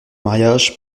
mariage